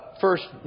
first